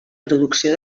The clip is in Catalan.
producció